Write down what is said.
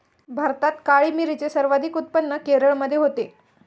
भारतात काळी मिरीचे सर्वाधिक उत्पादन केरळमध्ये होते